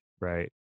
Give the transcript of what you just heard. right